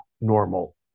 normal